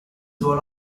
one